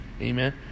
Amen